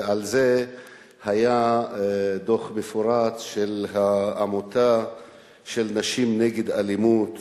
ועל זה היה דוח מפורט של העמותה "נשים נגד אלימות",